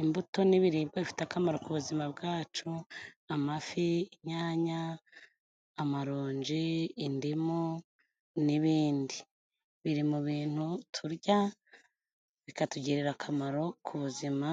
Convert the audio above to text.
Imbuto n'ibiribwa bifite akamaro ku buzima bwacu, amafi, inyanya amaronji, indimu n'ibindi, biri mu bintu turya bikatugirira akamaro, ku buzima